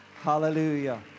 Hallelujah